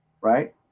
Right